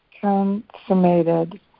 consummated